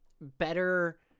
better